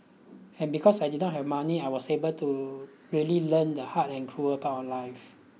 and because I did not have money I was able to really learn the hard and cruel part of life